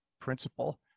principle